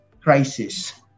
crisis